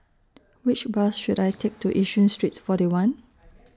Which Bus should I Take to Yishun Street forty one